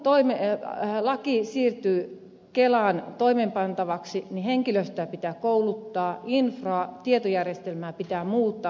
kun laki siirtyy kelaan toimeenpantavaksi niin henkilöstöä pitää kouluttaa infraa tietojärjestelmää pitää muuttaa